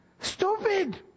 Stupid